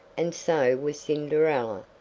and so was cinderella,